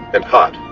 and hot.